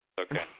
Okay